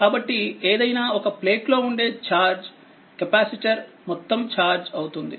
కాబట్టిఏదైనా ఒక ప్లేట్లోఉండే charge capacitor మొత్తం ఛార్జ్అవుతుంది